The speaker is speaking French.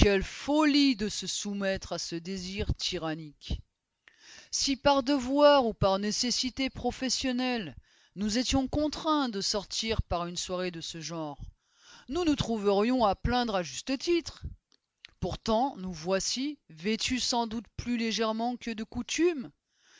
folie de se soumettre à ce désir tyrannique si par devoir ou par nécessité professionnelle nous étions contraints de sortir par une soirée de ce genre nous nous trouverions à plaindre à juste titre pourtant nous voici vêtus sans doute plus légèrement que de coutume